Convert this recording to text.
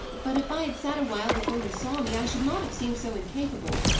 but, if i had sat awhile before you saw me, i should not have seemed so incapable.